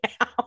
now